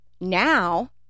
now